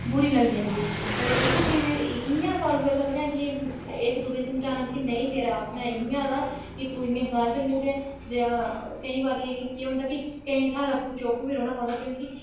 बूरी लग्गी जंदी उसी इयां गै सालव करी सकने आं कि इक दुए गी समझाना कि नेईं मेरा आक्खने दा इयां हा कुि तूंम इयां गल्त जां कोईं बारी केह् होंदा कि केईं बारी अप्पूं चुप्प बी रौह्ना पौंदा क्योंकि